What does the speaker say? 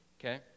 Okay